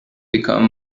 become